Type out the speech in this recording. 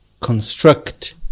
construct